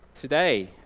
today